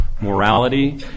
morality